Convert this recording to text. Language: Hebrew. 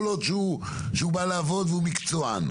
כל עוד שהוא בא לעבוד והוא מקצוען.